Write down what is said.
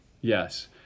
Yes